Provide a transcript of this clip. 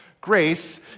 Grace